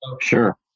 sure